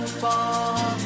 far